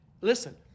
listen